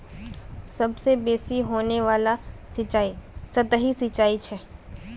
सबसे बेसि होने वाला सिंचाई सतही सिंचाई छ